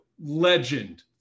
legend